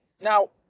now